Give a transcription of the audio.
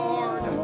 Lord